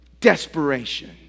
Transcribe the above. Desperation